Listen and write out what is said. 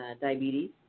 diabetes